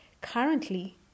Currently